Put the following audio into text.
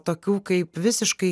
tokių kaip visiškai